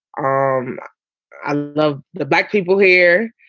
um i love the black people here.